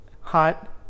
hot